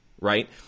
right